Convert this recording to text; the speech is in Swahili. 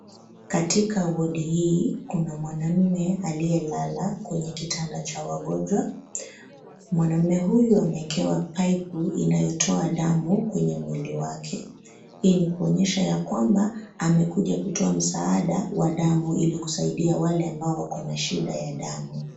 Katika wodi hii kuna, mwanamume aliyelala kwenye kitanda cha wagonjwa. Mwanamume huyu amewekewa pipe inayotoa damu kwenye mwili wake. Hii ni kuonyesha ya kwamba amekuja kutoa msaada wa damu ili kusaidia wale ambao wako na shida ya damu.